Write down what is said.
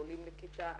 לעולים לכיתה א',